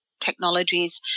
technologies